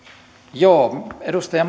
edustaja